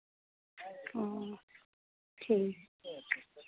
हाँ ठीक